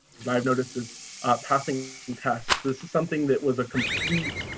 that i've noticed is passing and tests. this is something that was a complete,